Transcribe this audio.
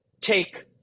take